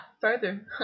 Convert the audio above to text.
further